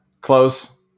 Close